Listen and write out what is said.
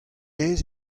aes